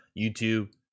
YouTube